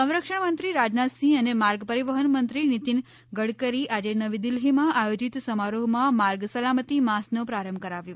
સંરક્ષણમંત્રી રાજનાથ સિંહ અને માર્ગ પરિવહન મંત્રી નિતીન ગડકરી આજે નવી દિલ્હીમાં આયોજીત સમારોહમાં માર્ગ સલામતી માસનો પ્રારંભ કરાવ્યો